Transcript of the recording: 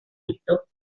visto